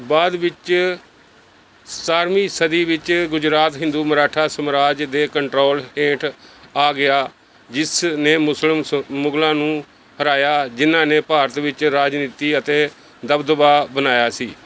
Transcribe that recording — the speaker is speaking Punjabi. ਬਾਅਦ ਵਿੱਚ ਸਤਾਰ੍ਹਵੀਂ ਸਦੀ ਵਿੱਚ ਗੁਜਰਾਤ ਹਿੰਦੂ ਮਰਾਠਾ ਸਾਮਰਾਜ ਦੇ ਕੰਟਰੋਲ ਹੇਠ ਆ ਗਿਆ ਜਿਸ ਨੇ ਮੁਸਲਿਮ ਮੁਗਲਾਂ ਨੂੰ ਹਰਾਇਆ ਜਿਨ੍ਹਾਂ ਨੇ ਭਾਰਤ ਵਿੱਚ ਰਾਜਨੀਤੀ ਅਤੇ ਦਬਦਬਾ ਬਣਾਇਆ ਸੀ